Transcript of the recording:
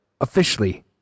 officially